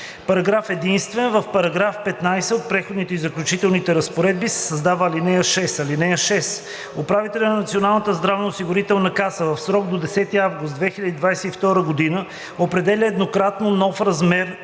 Параграф единствен. В § 15 от Преходните и заключителните разпоредби се създава ал. 6: (6) Управителят на Националната здравноосигурителна каса в срок до 10 август 2022 г. определя еднократно нов размер